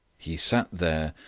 he sat there,